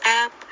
up